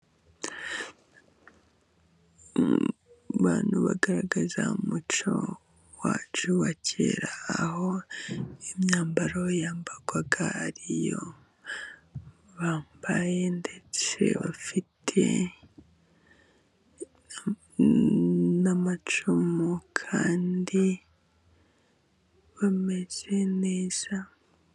Mu bantu bagaragaza umuco wacu wa kera, aho imyambaro yambarwaga ,ariyo bambaye ndetse bafite n'amacumu kandi bameze neza.